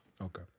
Okay